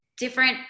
different